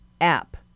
app